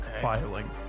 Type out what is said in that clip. Filing